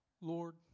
Lord